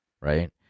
right